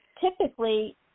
typically